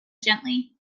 gently